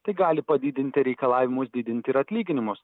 tai gali padidinti reikalavimus didinti ir atlyginimus